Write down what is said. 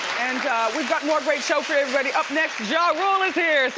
and we've got more great show for everybody. up next, ja rule is here!